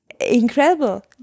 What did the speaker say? incredible